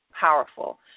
powerful